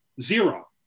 Zero